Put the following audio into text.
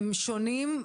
הם שונים,